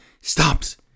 stops